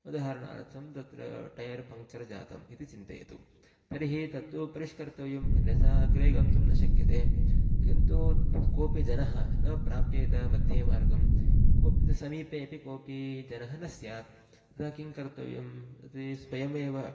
उदाहरणार्थं तत्र tyre puncture जातम् इति चिन्तयतु तर्हि तत्तु परिष्कर्तव्यं अन्यथा अग्रे गन्तुं न शक्यते किन्तु कोपि जनः न प्राप्येत मध्ये मार्गं कोपि न समीपे अपि कोपि जनः न स्यात् तदा किं कर्तव्यं ते स्वयमेव